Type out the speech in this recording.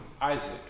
Isaac